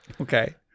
Okay